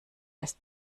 heißt